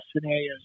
scenarios